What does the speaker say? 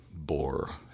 bore